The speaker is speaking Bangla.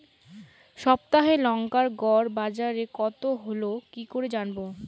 সপ্তাহে লংকার গড় বাজার কতো হলো কীকরে জানবো?